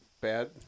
bad